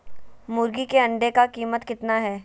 मुर्गी के अंडे का कीमत कितना है?